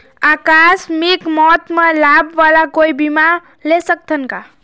आकस मिक मौत म लाभ वाला कोई बीमा ले सकथन का?